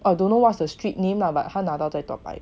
I don't know what's the street name lah but 他拿到在 toa payoh